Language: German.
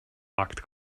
markt